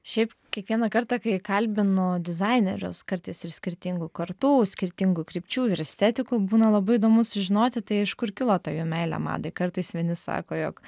šiaip kiekvieną kartą kai kalbinu dizainerius kartais ir skirtingų kartų skirtingų krypčių ir estetikų būna labai įdomu sužinoti tai iš kur kilo ta jų meilė madai kartais vieni sako jog